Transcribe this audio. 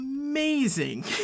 amazing